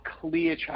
clear